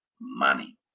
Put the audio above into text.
Money